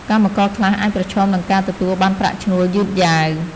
កម្មករខ្លះអាចប្រឈមនឹងការទទួលបានប្រាក់ឈ្នួលយឺតយ៉ាវ។